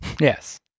Yes